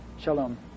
Shalom